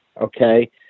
okay